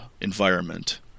environment